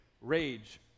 rage